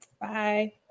Bye